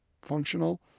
functional